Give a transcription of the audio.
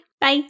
Bye